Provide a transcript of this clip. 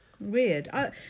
Weird